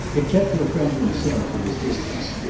it kept her friend himself at his distance,